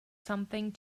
something